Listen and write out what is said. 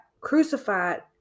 crucified